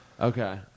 Okay